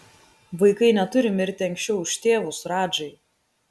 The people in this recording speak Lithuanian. vaikai neturi mirti anksčiau už tėvus radžai